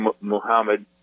Muhammad